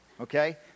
Okay